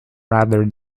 rather